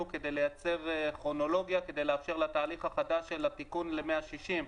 כדי לייצר כרונולוגיה ולאפשר לתהליך החדש של התיקון ל-160.